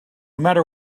matter